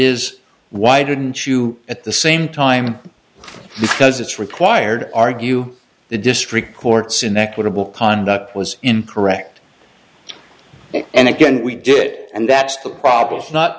is why didn't you at the same time because it's required argue the district court's inequitable conduct was incorrect and again we did it and that's the problem not